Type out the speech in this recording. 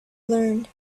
learned